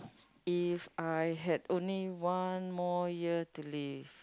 if I had only one more year to live